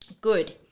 Good